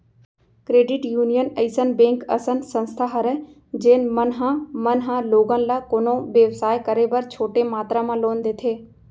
credit union अइसन bank असन संस्था हरय जेन मन ह मन ह लोगन ल कोनो बेवसाय करे बर छोटे मातरा म लोन देथे